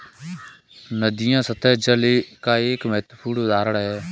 नदियां सत्तह जल का एक महत्वपूर्ण उदाहरण है